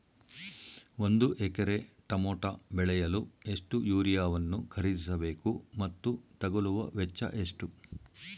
ಒಂದು ಎಕರೆ ಟಮೋಟ ಬೆಳೆಯಲು ಎಷ್ಟು ಯೂರಿಯಾವನ್ನು ಖರೀದಿಸ ಬೇಕು ಮತ್ತು ತಗಲುವ ವೆಚ್ಚ ಎಷ್ಟು?